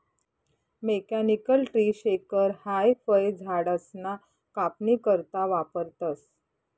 mechanical tree shaker हाई फयझाडसना कापनी करता वापरतंस